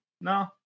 no